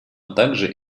также